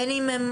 בין אם הם